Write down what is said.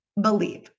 believe